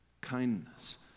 kindness